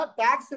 tax